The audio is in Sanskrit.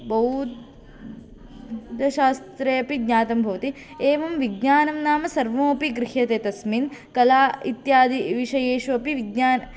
भौतशास्त्रे अपि ज्ञातं भवति एवं विज्ञानं नाम सर्वमपि गृह्यते तस्मिन् कला इत्यादिविषयेषु अपि विज्ञान